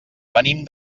venim